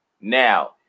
Now